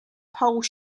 polls